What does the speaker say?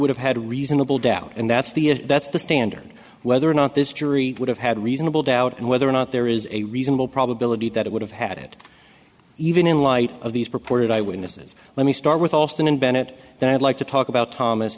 would have had a reasonable doubt and that's the that's the standard whether or not this jury would have had reasonable doubt and whether or not there is a reasonable probability that it would have had it even in light of these purported eye witnesses let me start with austin and bennett that i'd like to talk about thomas